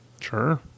Sure